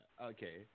okay